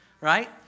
right